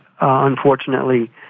unfortunately